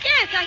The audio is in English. Yes